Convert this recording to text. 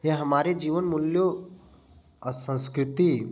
यह हमारे जीवन मूल्यों और संस्कृति